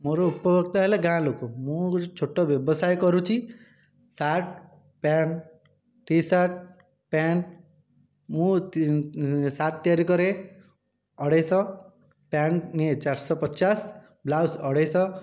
ମୋର ଉପଭୋକ୍ତା ହେଲେ ଗାଁ ଲୋକ ମୁଁ ଛୋଟ ବ୍ୟବସାୟ କରୁଛି ସାର୍ଟ ପ୍ୟାଣ୍ଟ୍ ଟିସାର୍ଟ ପ୍ୟାଣ୍ଟ୍ ମୁଁ ସାର୍ଟ ତିଆରି କରେ ଅଢ଼େଇଶହ ପ୍ୟାଣ୍ଟ୍ ନିଏ ଚାରିଶହ ପଚାଶ ବ୍ଲାଉଜ୍ ଅଢ଼େଇଶହ